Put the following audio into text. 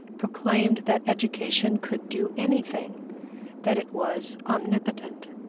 proclaimed that education could do anything that it was omnipotent.